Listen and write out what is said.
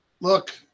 look